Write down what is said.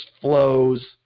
flows